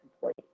complete